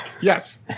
yes